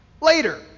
later